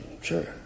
Sure